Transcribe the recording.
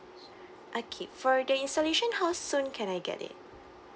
okay for the installation how soon can I get it